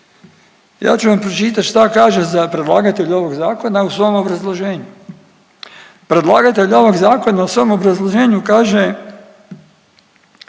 ja ću vam pročitat šta kaže za predlagatelj ovog zakona u svom obrazloženju. Predlagatelj ovog zakona u svom obrazloženju kaže